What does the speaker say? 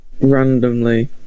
randomly